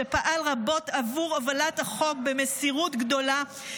שפעל רבות עבור הובלת החוק במסירות גדולה,